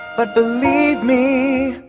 but believe me,